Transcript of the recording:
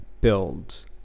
build